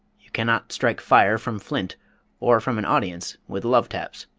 you cannot strike fire from flint or from an audience with love taps.